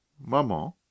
Maman